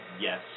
yes